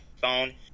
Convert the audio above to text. phone